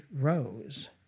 rose